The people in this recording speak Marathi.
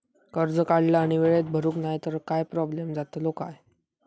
कर्ज काढला आणि वेळेत भरुक नाय तर काय प्रोब्लेम जातलो काय?